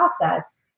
process